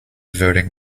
voting